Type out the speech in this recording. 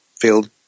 field